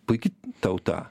puiki tauta